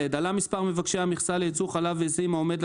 עלה מספר מבקשי מכסה לייצור חלב עיזים העומדים